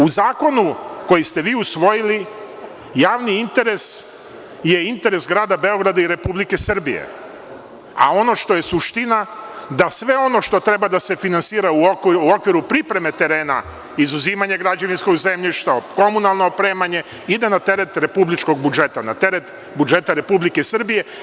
U Zakonu koji ste vi usvojili, javni interes je interes Grada Beograda i Republike Srbije, a ono što je suština da sve ono što treba da se finansira u okviru pripreme terena izuzimanja građevinskog zemljišta, komunalno opremanje, ide na teret republičkog budžeta, na teret budžeta Republike Srbije.